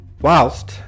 whilst